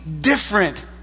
different